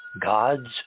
gods